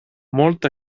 molt